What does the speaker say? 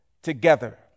together